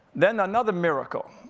then another miracle.